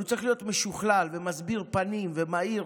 אבל הוא צריך להיות משוכלל ומסביר פנים ומהיר,